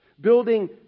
Building